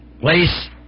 place